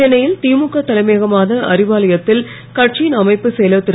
சென்னையில் திமுக தலைமையகமான அறிவாலயத்தில் கட்சியின் அமைப்புச் செயலர் திரு